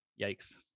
Yikes